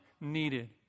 needed